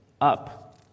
Up